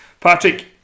Patrick